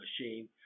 machine